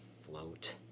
float